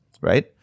Right